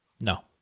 No